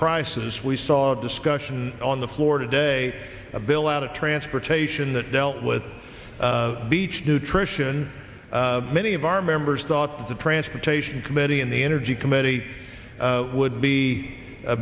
crisis we saw a discussion on the floor today a bill out of transportation that dealt with beach nutrition many of our members thought the transportation committee in the energy committee would be